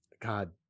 God